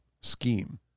scheme